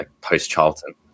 post-Charlton